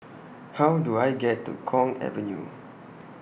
How Do I get to Kwong Avenue